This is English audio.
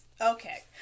okay